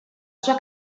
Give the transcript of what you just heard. sua